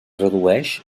redueix